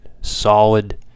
solid